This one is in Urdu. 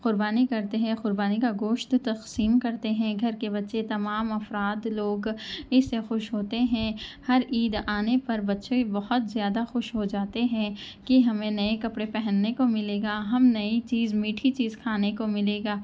قربانی کرتے ہیں قربانی کا گوشت تقسیم کرتے ہیں گھر کے ببچّے تمام افراد لوگ اس سے خوش ہوتے ہیں ہر عید آنے پر بچے بہت زیادہ خوش ہو جاتے ہیں کہ ہمیں نئے کپڑے پہننے کو ملے گا ہم نئی چیز میٹھی چیز کھانے کو ملے گا